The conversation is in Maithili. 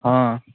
हँ